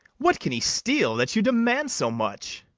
what, can he steal, that you demand so much?